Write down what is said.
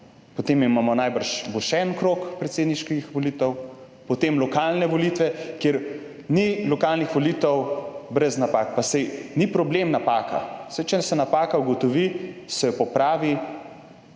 potem imamo, najbrž bo še en krog predsedniških volitev, potem lokalne volitve, kjer ni lokalnih volitev brez napak, pa saj ni problem napaka, saj če se napaka ugotovi, se jo popravi,